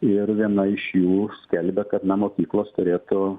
ir viena iš jų skelbia kad na mokyklos turėtų